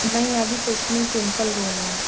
नहीं अभी कुछ नहीं सिंपल रूम है